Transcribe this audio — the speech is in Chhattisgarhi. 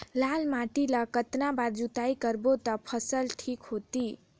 लाल माटी ला कतना बार जुताई करबो ता फसल ठीक होती?